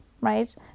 right